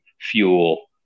fuel